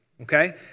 Okay